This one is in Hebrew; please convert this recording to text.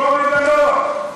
דרום לבנון.